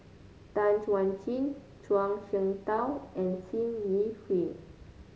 Tan Chuan Jin Zhuang Shengtao and Sim Yi Hui